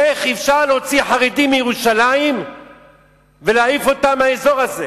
איך אפשר להוציא חרדי מירושלים ולהעיף אותם מהאזור הזה,